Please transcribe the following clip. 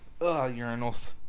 urinals